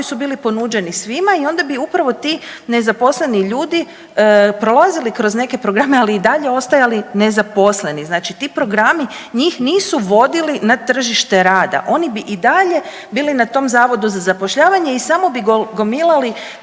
su bili ponuđeni svima i onda bi upravo ti nezaposleni ljudi prolazili kroz neke programe ali i dalje ostajali nezaposleni. Znači ti programi njih nisu vodili na tržište rada oni bi i dalje bili na tom zavodu za zapošljavanje i samo bi gomilali